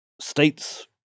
states